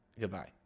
Goodbye